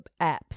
apps